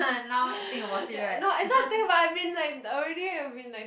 ya not it's not think about I've been like I already had been like